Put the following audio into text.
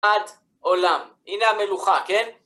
עד עולם. הנה המלוכה, כן?